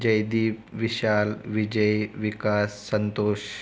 Jaydeep Vishal Vijay Vikas Santosh